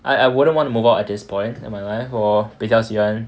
I I wouldn't want to move out at this point in my life 我比较喜欢